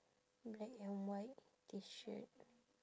black and white T shirt